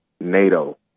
NATO